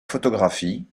photographie